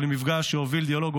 או למפגש שהוביל דיאלוג.